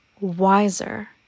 wiser